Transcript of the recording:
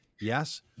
Yes